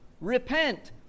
repent